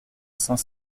saint